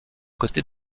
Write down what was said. côté